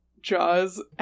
Jaws